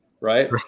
right